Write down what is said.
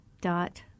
dot